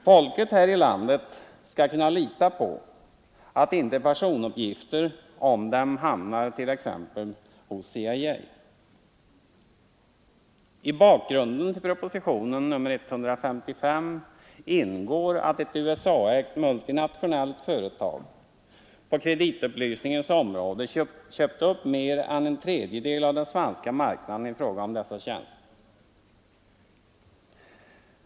Folket här i landet skall kunna lita på att inte personuppgifter om dem hamnar t.ex. hos CIA. I bakgrunden till proposition nr 155 ingår att ett USA-ägt multinationellt företag på kreditupplysningens område köpt upp mer än en tredjedel av den svenska marknaden i fråga om dessa tjänster.